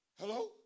Hello